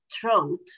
throat